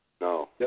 No